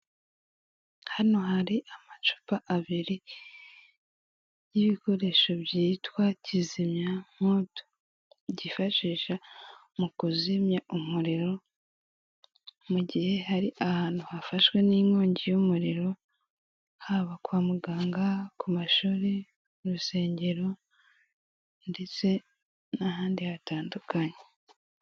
Hano hari amacupa abiri y'ibikoresho byitwa kizimyamoto. Byifashisha mu kuzimya umuriro, mu gihe hari ahantu hafashwe n'inkongi y'umuriro, haba kwa muganga, ku mashuri, mu rusengero, ndetse n'ahandi hatandukanye.